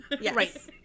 Yes